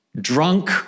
drunk